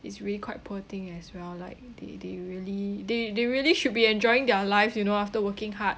it's really quite poor thing as well like they they really they they really should be enjoying their lives you know after working hard